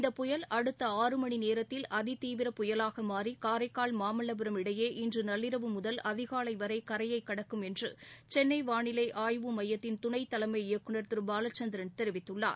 இந்த புயல் அடுத்த ஆறு மணிநேர்த்தில் அதிதீவிர புயலாகமாறி காரைக்கால் மாமல்லபுரம் இடையே இன்றுநள்ளிரவு அதிகாலைவரையைக் கடக்கும் முதல் என்றுசென்னைவாளிலைஆய்வு மையத்தின் துணைத்தலைமை இயக்குநர் திருபாலச்சந்திரன் தெரிவித்துள்ளார்